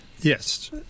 Yes